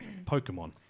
Pokemon